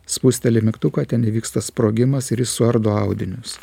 spusteli mygtuką ten įvyksta sprogimas ir suardo audinius